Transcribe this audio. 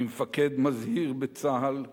כמפקד מזהיר בצה"ל,